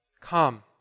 Come